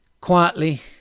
quietly